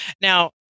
Now